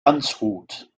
landshut